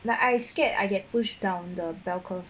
like I scared I get pushed down the bell curve